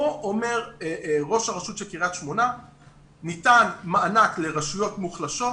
כאן אומר ראש עיריית קריית שמונה שניתן מענק לרשויות מוחלשות,